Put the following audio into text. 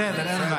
בסדר.